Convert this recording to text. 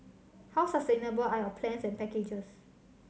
how sustainable are your plans and packages